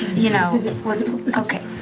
you know, was okay.